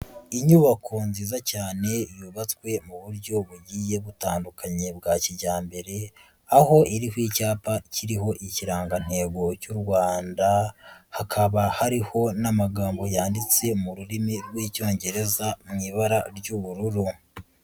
Inyubako nziza cyane yubatswe mu buryo bugiye butandukanye bwa kijyambere, aho iriho icyapa kiriho ikirangantego cy'u Rwanda, hakaba hariho n'amagambo yanditse mu rurimi rw'icyongereza mu ibara ry'ubururu.